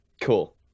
cool